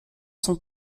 sont